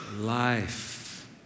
life